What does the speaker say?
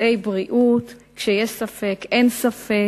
שבנושאי בריאות, כשיש ספק אין ספק,